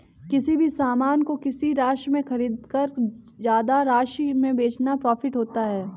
किसी भी सामान को किसी राशि में खरीदकर ज्यादा राशि में बेचना प्रॉफिट होता है